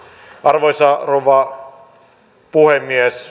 arvoisa rouva puhemies